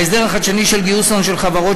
ההסדר החדשני של גיוס הון של חברות